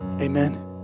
Amen